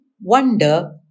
wonder